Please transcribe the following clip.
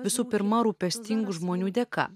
visų pirma rūpestingų žmonių dėka